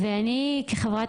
ואני כחברת